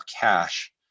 cash